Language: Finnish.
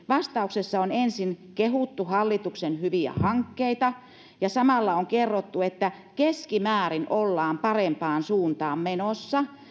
vastauksessa on ensin kehuttu hallituksen hyviä hankkeita ja samalla on kerrottu että keskimäärin ollaan parempaan suuntaan menossa